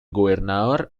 gobernador